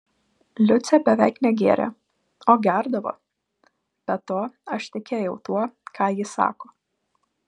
liucė beveik negėrė o gerdavo be to aš tikėjau tuo ką ji sako